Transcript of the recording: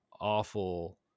awful